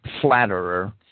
flatterer